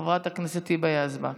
חברת הכנסת היבה יזבק.